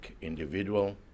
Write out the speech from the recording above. individual